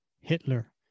Hitler